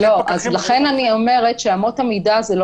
לכן, אני אומרת ש"אמות המידה" לא